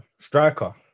Striker